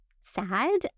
sad